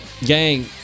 gang